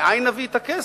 מנין נביא את הכסף?